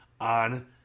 on